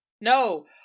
No